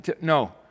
No